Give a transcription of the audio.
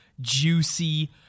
juicy